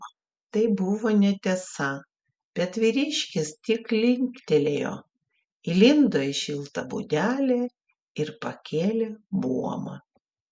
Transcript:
žinoma tai buvo netiesa bet vyriškis tik linktelėjo įlindo į šiltą būdelę ir pakėlė buomą